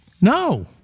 No